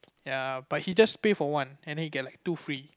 ya but he just pay for one and then he get like two free